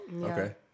Okay